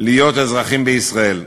"להיות אזרחים בישראל".